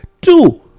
two